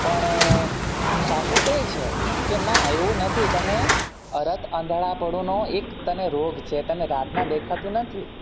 પણ સાસુ કહે છે કે ના એવું નથી તને અરત અંધળાપળુંનો એક તને રોગ છે તને રાતના દેખાતું નથી